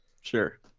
Sure